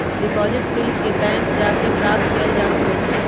deposit slip के bank जा कऽ प्राप्त कएल जा सकइ छइ